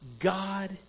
God